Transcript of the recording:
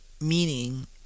meaning